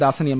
Dasan M